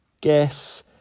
guess